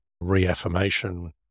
reaffirmation